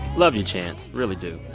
love you, chance really do.